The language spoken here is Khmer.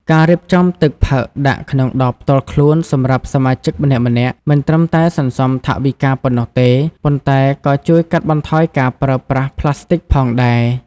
ការរៀបចំទឹកផឹកដាក់ក្នុងដបផ្ទាល់ខ្លួនសម្រាប់សមាជិកម្នាក់ៗ មិនត្រឹមតែសន្សំថវិកាប៉ុណ្ណោះទេ ប៉ុន្តែក៏ជួយកាត់បន្ថយការប្រើប្រាស់ប្លាស្ទិកផងដែរ។